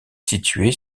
située